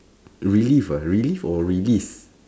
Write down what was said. relieve ah relieve or release